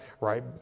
right